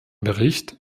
bericht